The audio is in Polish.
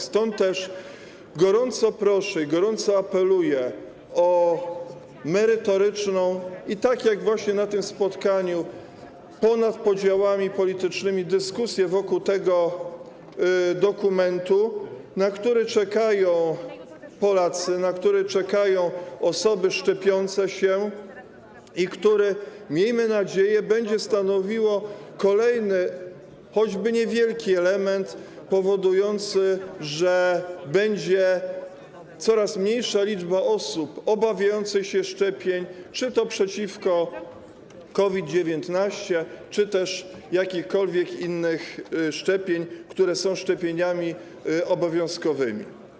Stąd też gorąco proszę, gorąco apeluję o merytoryczną i - tak jak właśnie na tym spotkaniu - ponad podziałami politycznymi dyskusję wokół tego dokumentu, na który czekają Polacy, na który czekają osoby szczepiące się i który, miejmy nadzieję, będzie stanowił kolejny, choćby niewielki element powodujący, że będzie zmniejszała się liczba osób obawiających się szczepień, czy to szczepień przeciwko COVID-19, czy to jakichkolwiek innych szczepień, które są szczepieniami obowiązkowymi.